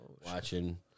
watching